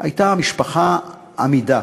הייתה משפחה אמידה,